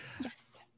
Yes